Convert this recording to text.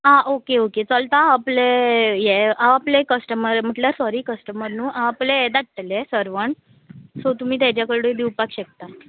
आं okay okay चलता आपले हे हांव आपले कस्टमर म्हटल्यार सॉरी कस्टमर न्हू आपले हे धाडटले सर्वण्ट सो तुमी तेज्या कडे दिवपाक शकता